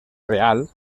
real